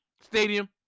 stadium